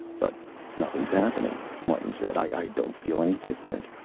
but nothing's happening, martin said. i don't feel any different.